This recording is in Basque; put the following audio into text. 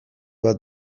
bat